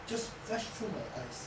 just flashed through my eyes